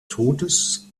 todes